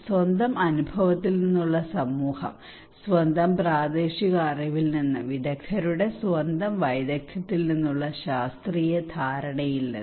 സ്വന്തം അനുഭവത്തിൽ നിന്നുള്ള സമൂഹം സ്വന്തം പ്രാദേശിക അറിവിൽ നിന്ന് വിദഗ്ദ്ധരുടെ സ്വന്തം വൈദഗ്ധ്യത്തിൽ നിന്നുള്ള ശാസ്ത്രീയ ധാരണയിൽ നിന്ന്